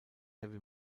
heavy